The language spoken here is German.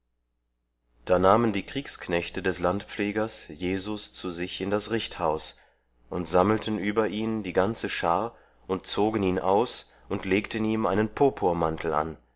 da nahmen die kriegsknechte des landpflegers jesus zu sich in das richthaus und sammelten über ihn die ganze schar und zogen ihn aus und legten ihm einen purpurmantel an